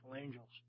angels